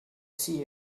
see